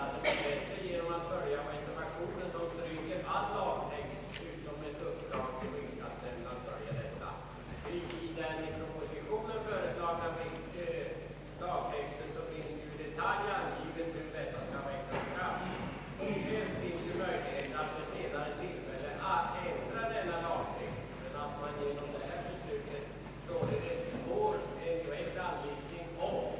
Reservanterna i utskottet är ju hänvisade till att själva utforma sin lagtext, och det är kanske inte alltid en så lätt uppgift med hänsyn till den knappa tid som står till buds. I detta fall var det frestande att ansluta sig till kammarrättens ståndpunkt och föreslå en kort skrivning.